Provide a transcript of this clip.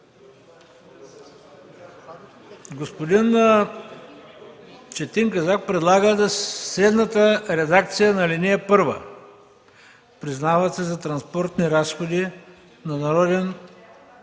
Господин Четин Казак предлага следната редакция на ал. 1: „признават се транспортните разходи на народен